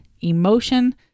emotion